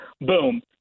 boom